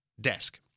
desk